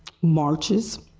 marches.